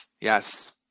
Yes